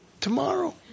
tomorrow